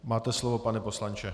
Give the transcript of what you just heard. Máte slovo, pane poslanče.